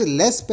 less